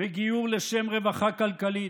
וגיור לשם רווחה כלכלית.